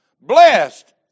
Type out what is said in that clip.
Blessed